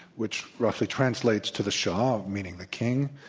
which roughly translates to the shah, meaning the king,